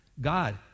God